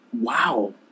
Wow